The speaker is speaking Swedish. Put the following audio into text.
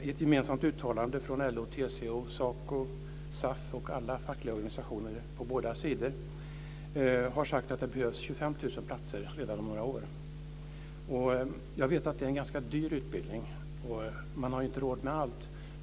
I ett gemensamt uttalande från LO, TCO, SACO, SAF och alla fackliga organisationer på båda sidor har man sagt att det behövs 25 000 platser redan om några år. Jag vet att det är en ganska dyr utbildning, och man har inte råd med allt.